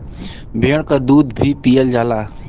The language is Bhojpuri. भेड़ क दूध भी पियल जाला